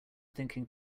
thinking